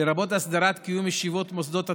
לרבות הסדרת קיום ישיבות מוסדות התכנון,